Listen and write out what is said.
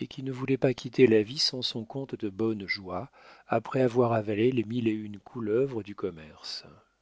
et qui ne voulait pas quitter la vie sans son compte de bonne joie après avoir avalé les mille et une couleuvres du commerce